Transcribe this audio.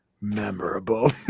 memorable